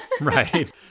Right